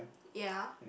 ya